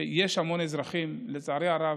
שיש המון אזרחים, לצערי הרב,